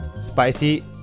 spicy